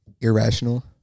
irrational